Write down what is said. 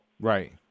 Right